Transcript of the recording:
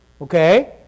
okay